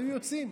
היו יוצאים.